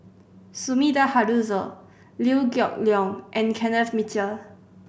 Sumida Haruzo Liew Geok Leong and Kenneth Mitchell